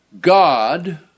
God